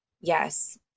yes